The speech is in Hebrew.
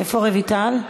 איפה רויטל?